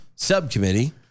Subcommittee